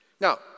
Now